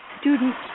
Students